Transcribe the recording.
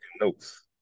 notes